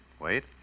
Wait